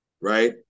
right